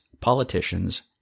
politicians